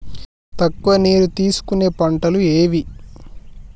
తక్కువ నీరు తీసుకునే పంటలు ఏవి?